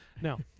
Now